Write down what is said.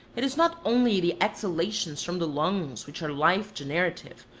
it is not only the exhalations from the lungs which are life-generative,